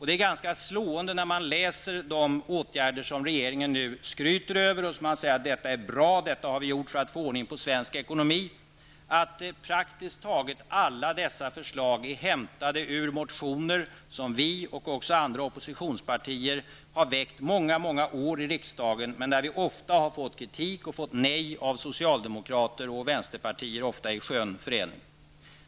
När man läser om de åtgärder som regeringen nu skryter över och som man nu tycker är bra och som man har gjort för att få ordning på svensk ekonomi, finner man att praktiskt taget alla dessa förslag är hämtade ur motioner som vi och andra oppositionspartier har väckt under många år i riksdagen, men där vi ofta har fått kritik och nej från socialdemokrater och vänsterpartister -- många gånger i skön förening.